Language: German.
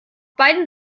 beiden